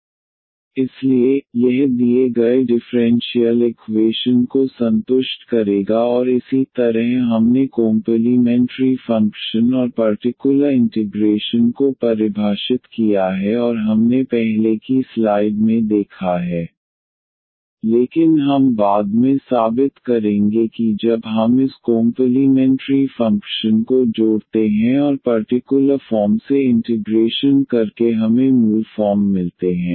dnvdxna1dn 1vdxn 1anvX इसलिए यह दिए गए डिफ़्रेंशियल इकवेशन को संतुष्ट करेगा और इसी तरह हमने कोम्पलीमेंटरी फ़ंक्शन और पर्टिकुलर इंटिग्रेशन को परिभाषित किया है और हमने पहले की स्लाइड में देखा है लेकिन हम बाद में साबित करेंगे कि जब हम इस कोम्पलीमेंटरी फ़ंक्शन को जोड़ते हैं और पर्टिकुलर फॉर्म से इंटिग्रेशन करके हमें मूल फॉर्म मिलते हैं